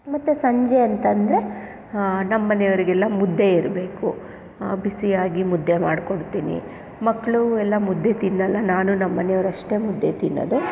ಮತ್ತು ಸಂಜೆ ಅಂತಂದರೆ ನಮ್ಮ ಮನೆಯವ್ರಿಗೆಲ್ಲ ಮುದ್ದೆ ಇರಬೇಕು ಬಿಸಿಯಾಗಿ ಮುದ್ದೆ ಮಾಡ್ಕೊಡ್ತೀನಿ ಮಕ್ಕಳು ಎಲ್ಲ ಮುದ್ದೆ ತಿನ್ನಲ್ಲ ನಾನು ನಮ್ಮ ಮನೆಯವ್ರಷ್ಟೇ ಮುದ್ದೆ ತಿನ್ನೋದು